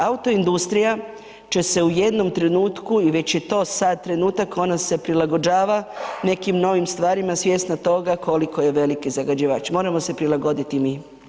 Autoindustrija će se u jednom trenutku i već je to sad trenutak ona se prilagođava nekim novim stvarima svjesna toga koliko je veliki zagađivač, moramo se prilagoditi i mi.